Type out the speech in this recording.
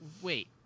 wait